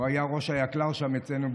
הוא היה ראש היקל"ר שם אצלנו,